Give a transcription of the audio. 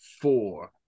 four